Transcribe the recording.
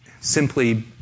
simply